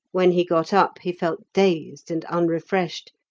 when he got up he felt dazed and unrefreshed,